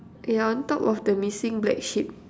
yeah on top of the missing black sheep